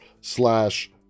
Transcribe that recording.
slash